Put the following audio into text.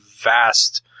vast